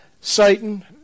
Satan